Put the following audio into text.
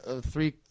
three